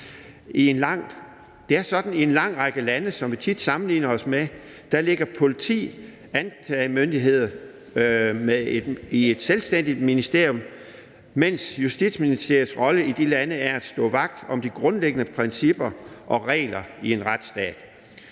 i en lang række lande, som vi tit sammenligner os med, ligger politi og anklagemyndighed i et selvstændigt ministerium, mens Justitsministeriets rolle i de lande er at stå vagt om de grundlæggende principper og regler i en retsstat.